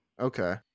Okay